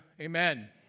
Amen